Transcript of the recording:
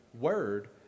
word